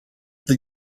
that